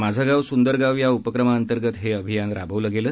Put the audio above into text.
माझं गाव सुंदर गाव या उपक्रमाअंतर्गत हे अभियान राबवलं गेलं